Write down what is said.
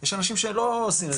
יש אנשים שלא עושים את זה,